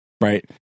right